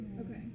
Okay